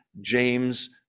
James